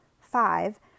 Five